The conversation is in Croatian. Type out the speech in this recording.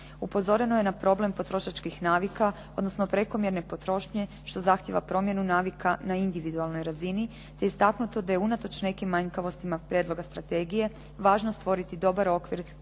Upozoreno je na problem potrošačkih navika, odnosno prekomjerne potrošnje što zahtjeva promjenu navika na individualnoj razini, te istaknuto da je unatoč nekim manjkavostima prijedloga strategije važno stvoriti dobar okvir za